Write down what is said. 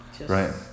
Right